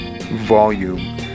volume